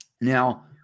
Now